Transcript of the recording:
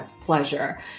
pleasure